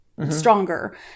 stronger